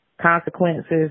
consequences